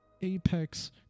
Apex